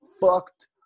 fucked